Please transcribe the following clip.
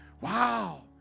Wow